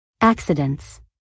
Accidents